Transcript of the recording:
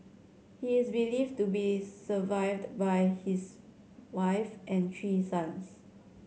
he is believed to be survived by his wife and three sons